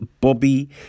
Bobby